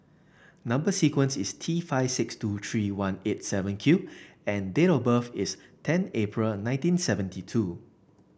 number sequence is T five six two three one eight seven Q and date of birth is ten April nineteen seventy two